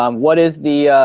um what is the.